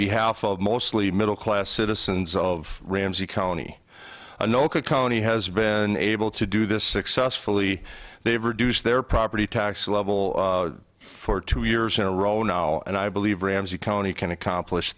behalf of mostly middle class citizens of ramsey county a no could county has been able to do this successfully they've reduced their property tax level for two years in a row now and i believe ramsey county can accomplish